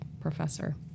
professor